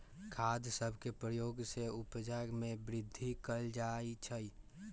खाद सभके प्रयोग से उपजा में वृद्धि कएल जाइ छइ